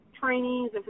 trainings